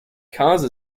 cause